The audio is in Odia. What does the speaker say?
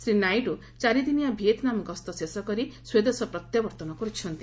ଶ୍ରୀ ନାଇଡୁ ଚାରିଦିନିଆ ଭିଏତ୍ନାମ୍ ଗସ୍ତ ଶେଷ କରି ସ୍ୱଦେଶ ପ୍ରତ୍ୟାବର୍ତ୍ତନ କରୁଛନ୍ତି